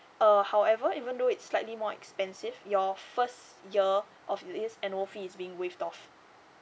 uh however even though it's slightly more expensive your first year of this annual fees being waive off